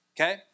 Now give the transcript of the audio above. okay